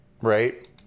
Right